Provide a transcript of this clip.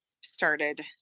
started